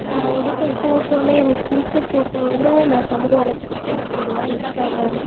நான் எடுத்த ஃபோட்டோவில எனக்கு பிடிச்ச ஃபோட்டோ வந்து நான் சமூக வலைத்தளத்தில் போடுவேன் இன்ஸ்டாகிராம்